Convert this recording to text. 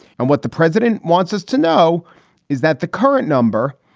and what the president wants us to know is that the current number,